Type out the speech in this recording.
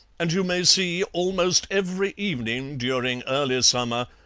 and you may see, almost every evening during early summer,